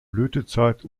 blütezeit